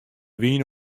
wyn